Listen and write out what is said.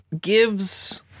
gives